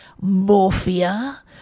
morphia